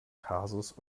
kasus